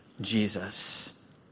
Jesus